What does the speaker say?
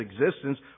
existence